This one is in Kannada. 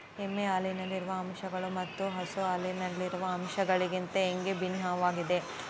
ಎಮ್ಮೆ ಹಾಲಿನಲ್ಲಿರುವ ಅಂಶಗಳು ಮತ್ತು ಹಸು ಹಾಲಿನಲ್ಲಿರುವ ಅಂಶಗಳಿಗಿಂತ ಹೇಗೆ ಭಿನ್ನವಾಗಿವೆ?